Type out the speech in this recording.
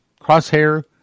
crosshair